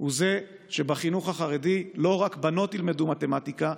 הוא זה שבחינוך החרדי לא רק בנות ילמדו מתמטיקה,